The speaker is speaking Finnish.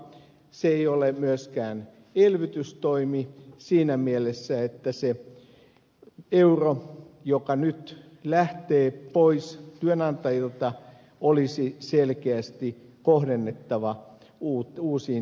se ei ole myöskään elvytystoimi siinä mielessä että se euro joka nyt lähtee pois työnantajilta olisi selkeästi kohdennettava uusiin työpaikkoihin